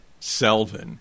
Selvin